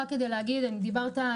דיברת,